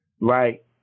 Right